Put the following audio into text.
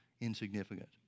insignificant